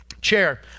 chair